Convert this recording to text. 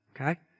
Okay